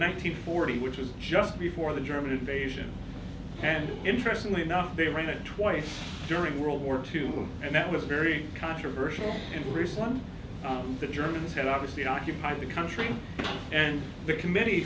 hundred forty which is just before the german invasion and interestingly enough they ran it twice during world war two and that was very controversial in greece one the germans had obviously occupied the country and the committee